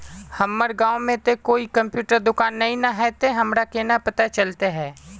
हमर गाँव में ते कोई कंप्यूटर दुकान ने है ते हमरा केना पता चलते है?